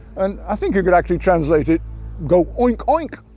and i think you could actually translate it go oink oink,